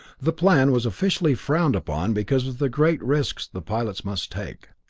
the plan was officially frowned upon because of the great risks the pilots must take.